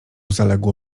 zaległo